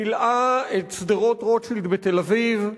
מילאה את שדרות-רוטשילד בתל-אביב.